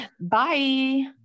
Bye